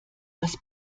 das